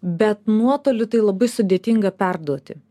bet nuotoliu tai labai sudėtinga perduoti